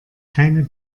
keine